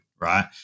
Right